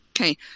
okay